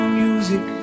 music